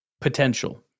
potential